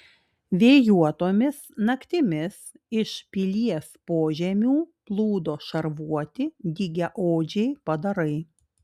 vėjuotomis naktimis iš pilies požemių plūdo šarvuoti dygiaodžiai padarai